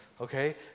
okay